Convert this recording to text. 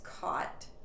caught